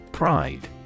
Pride